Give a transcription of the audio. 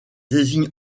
désigne